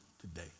today